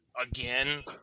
again